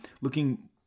looking